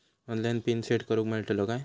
Online pin set करूक मेलतलो काय?